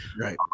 Right